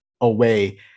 away